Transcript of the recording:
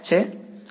વિદ્યાર્થી ના